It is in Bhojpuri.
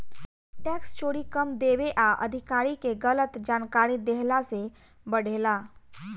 टैक्स चोरी कम देवे आ अधिकारी के गलत जानकारी देहला से बढ़ेला